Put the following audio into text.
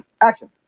Action